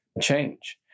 change